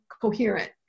coherent